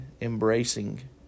embracing